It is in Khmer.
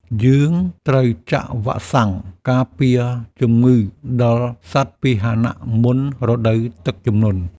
យើងត្រូវចាក់វ៉ាក់សាំងការពារជំងឺដល់សត្វពាហនៈមុនរដូវទឹកជំនន់។